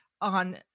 on